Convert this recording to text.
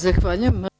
Zahvaljujem.